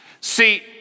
See